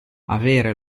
avere